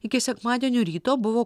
iki sekmadienio ryto buvo